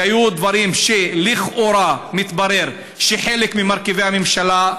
היו דברים שלכאורה מתברר שחלק ממרכיבי הממשלה,